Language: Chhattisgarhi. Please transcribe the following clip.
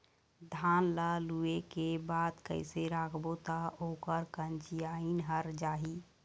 धान ला लुए के बाद कइसे करबो त ओकर कंचीयायिन हर जाही?